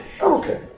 okay